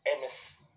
MS